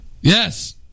yes